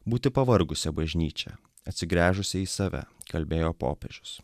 būti pavargusia bažnyčia atsigręžusia į save kalbėjo popiežius